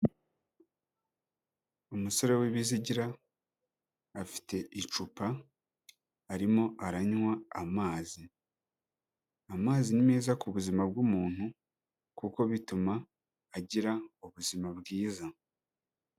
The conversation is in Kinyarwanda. Umusore w'ibizigira afite icupa arimo aranywa amazi, amazi ni meza ku buzima bw'umuntu kuko bituma agira ubuzima bwiza.